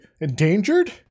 endangered